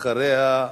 ואחריה,